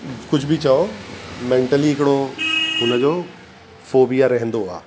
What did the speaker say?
कुझ बि चओ मैंटली हिकिड़ो हुन जो फोबिया रहंदो आहे